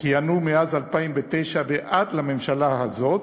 שכיהנו מאז 2009 ועד לממשלה הזאת,